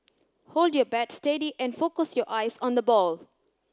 hold your bat steady and focus your eyes on the ball